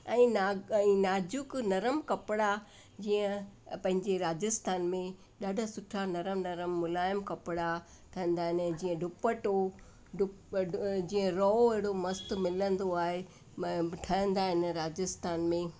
ऐं नाग ऐं नाजुक नरम कपिड़ा जीअं पंहिंजे राजस्थान में ॾाढा सुठा नरम नरम मुलायम कपिड़ा ठहंदा आहिनि जीअं दुपट्टो जीअं रहो मस्तु मिलंदो आहे ठहंदा आहिनि राजस्थान में